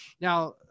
now